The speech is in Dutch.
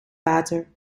water